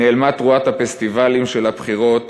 נאלמה תרועת הפסטיבלים של הבחירות,